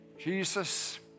Jesus